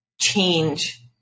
change